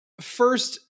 first